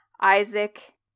Isaac